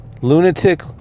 lunatic